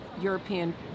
European